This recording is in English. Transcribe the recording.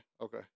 okay